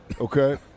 okay